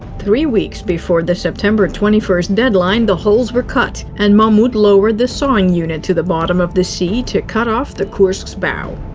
three weeks before the september twenty first deadline, the holes were cut, and mammoet lowered the sawing unit to the bottom of the sea to cut off the kursk's bow.